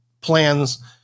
plans